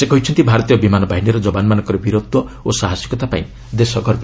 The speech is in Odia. ସେ କହିଛନ୍ତି ଭାରତୀୟ ବିମାନ ବାହିନୀର ଯବାନମାନଙ୍କ ବୀରତ୍ ଓ ସାହସିକତା ପାଇଁ ଦେଶ ଗର୍ବିତ